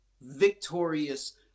victorious